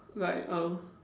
like um